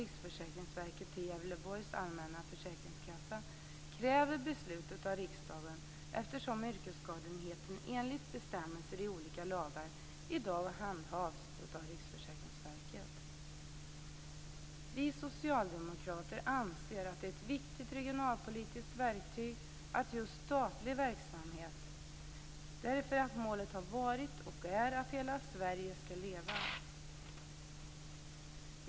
Gävleborgs läns allmänna försäkringskassa kräver beslut av riksdagen eftersom yrkesskadeenheten enligt bestämmelser i olika lagar i dag handhas av Riksförsäkringsverket. Vi socialdemokrater anser att ett viktigt regionalpolitiskt verktyg är just statlig verksamhet. Målet har varit och är att hela Sverige skall leva.